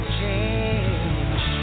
change